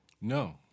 No